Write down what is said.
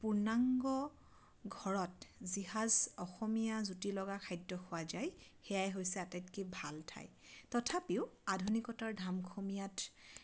পূৰ্ণাংগ ঘৰত যিসাঁজ অসমীয়া জুতি লগা খাদ্য খোৱা যায় সেয়াই হৈছে আটাইতকৈ ভাল ঠাই তথাপিও আধুনিকতাৰ ধামখুমীয়াত